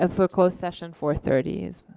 ah for closed session four thirty. is